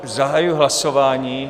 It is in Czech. Zahajuji hlasování.